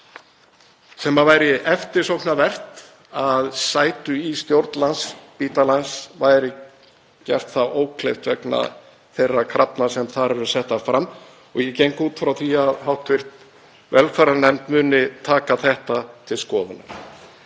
sem væri eftirsóknarvert að sætu í stjórn Landspítalans verði gert það ókleift vegna þeirra krafna sem þar eru settar fram og ég geng út frá því að hv. velferðarnefnd muni taka þetta til skoðunar.